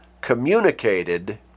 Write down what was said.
communicated